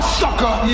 sucker